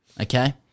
Okay